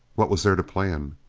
what was there to plan?